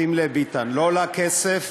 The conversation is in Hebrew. שים לב, ביטן, לא עולה כסף,